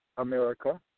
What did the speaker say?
America